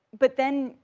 but then,